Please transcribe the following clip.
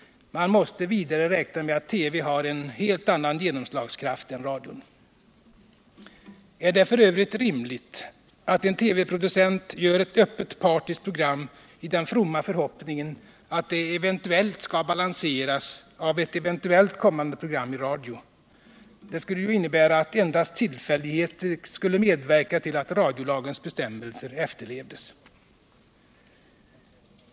Man måste vidare räkna med att TV-n har en helt annan genomslagskraft än radion. Är det f. ö. rimligt att en TV-producent gör ett öppet partiskt program i den fromma förhoppningen att det eventuellt skall balanseras av ett eventuellt kommande program i radio? Det skulle ju innebära att endast tillfälligheter skulle medverka till att radiolagens bestämmelser efterlevs.